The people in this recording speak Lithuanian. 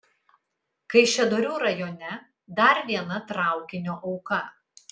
kaišiadorių rajone dar viena traukinio auka